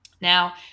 Now